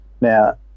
now